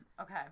Okay